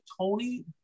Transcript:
Tony